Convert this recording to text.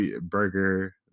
burger